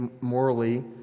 morally